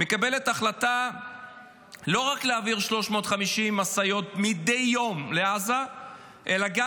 לא רק מקבלת החלטה להעביר 350 משאיות מדי יום לעזה אלא גם